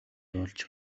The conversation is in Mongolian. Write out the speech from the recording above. дуулж